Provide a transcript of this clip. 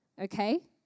okay